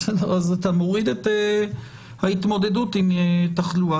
אז אתה מוריד את ההתמודדות עם תחלואה.